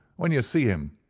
when you see him,